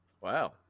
Wow